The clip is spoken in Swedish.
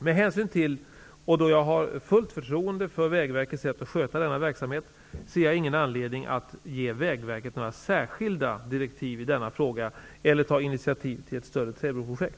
Med hänsyn härtill och då jag har fullt förtroende för Vägverkets sätt att sköta denna verksamhet ser jag ingen anledning att ge Vägverket några särskilda direktiv i denna fråga eller ta initiativ till ett större träbroprojekt.